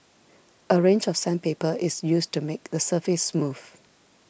a range of sandpaper is used to make the surface smooth